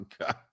God